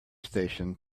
station